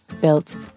built